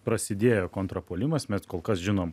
prasidėjo kontrpuolimas mes kol kas žinom